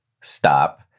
stop